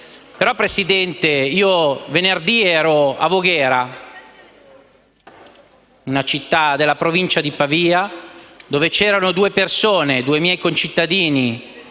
Presidente, io venerdì ero a Voghera, una città della provincia di Pavia, dove vivevano due miei concittadini,